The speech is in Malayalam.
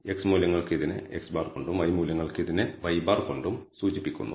x മൂല്യങ്ങൾക്ക് ഇതിനെ x̅ കൊണ്ടും y മൂല്യങ്ങൾക്ക് ഇതിനെ y̅ കൊണ്ടും സൂചിപ്പിക്കുന്നു